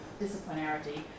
disciplinarity